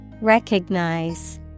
Recognize